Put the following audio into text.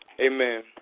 Amen